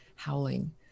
howling